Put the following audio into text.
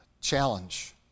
challenge